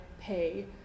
pay